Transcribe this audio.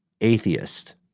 atheist